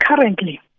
currently